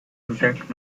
exact